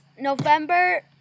November